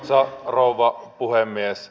arvoisa rouva puhemies